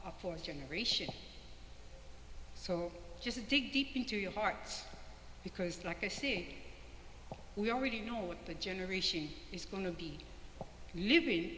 w fourth generation so just dig deep into your hearts because like i say we already know what the generation is going to be living